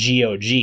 GOG